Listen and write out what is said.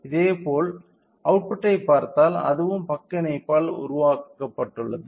இதேபோல் அவுட்புட் ஐ பார்த்தால் அதுவும் பக் இணைப்பால் வழங்கப்பட்டுள்ளது